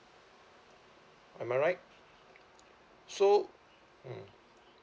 am I right so mm